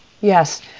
Yes